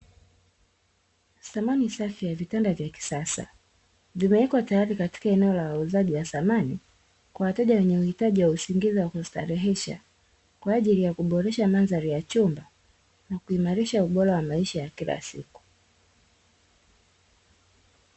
Samani safi ya vitanda vya kisasa vimewekwa tayari katika eneo la wauzaji wa samani, kwa wateja wenye uhitaji wa usingizi wa kustarehesha kwa ajili ya kuiresha mandhari ya chumba, na kuimarisha ubora wa maisha ya kila siku.